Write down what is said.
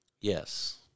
Yes